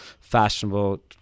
fashionable